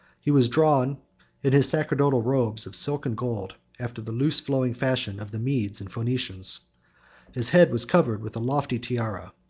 he was drawn in his sacerdotal robes of silk and gold, after the loose flowing fashion of the medes and phoenicians his head was covered with a lofty tiara,